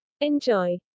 Enjoy